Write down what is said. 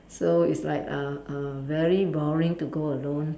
so it's like a a very boring to go alone